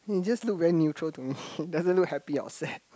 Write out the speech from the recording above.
it just look very neutral to me doesn't look happy or sad